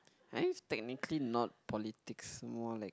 I'm technically not politics more like